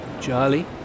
Charlie